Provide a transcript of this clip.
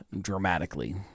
dramatically